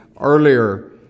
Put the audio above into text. earlier